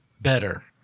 Better